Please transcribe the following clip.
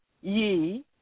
ye